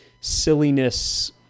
silliness